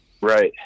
Right